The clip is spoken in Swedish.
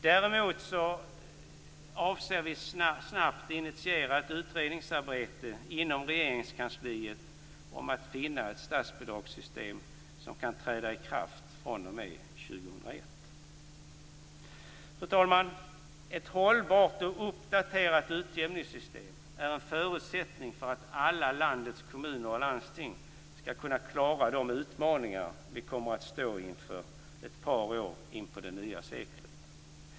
Däremot avser vi snabbt att initiera ett utredningsarbete inom Regeringskansliet för att finna ett statsbidragssystem som kan träda i kraft fr.o.m. 2001. Fru talman! Ett hållbart och uppdaterat utjämningssystem är en förutsättning för att alla landets kommuner och landsting skall kunna klara de utmaningar som vi kommer att stå inför ett par år in på det nya seklet.